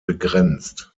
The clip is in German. begrenzt